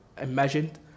imagined